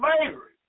slavery